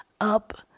up